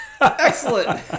Excellent